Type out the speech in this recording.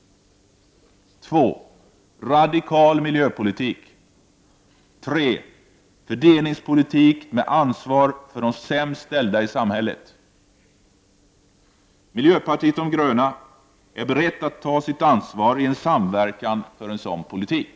3. Fördelningspolitik med ansvar för de sämst ställda i samhället. Miljöpartiet de gröna är berett ta sitt ansvar i en samverkan för en sådan politik.